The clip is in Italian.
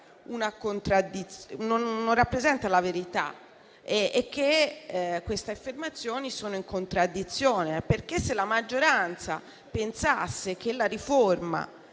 non rappresenta la verità e che tali affermazioni sono in contraddizione. Se la maggioranza pensasse che la riforma